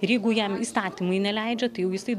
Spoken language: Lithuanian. ir jeigu jam įstatymai neleidžia tai jau jisai